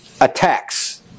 attacks